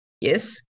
Yes